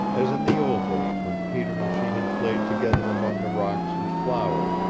as in the old days when peter and she had played together among the rocks and flowers,